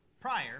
prior